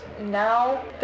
now